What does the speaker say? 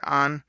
on